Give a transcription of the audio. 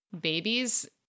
babies